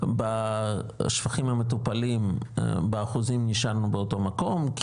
בשפכים המטופלים באחוזים נשארנו באותו מקום,